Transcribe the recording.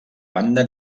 banda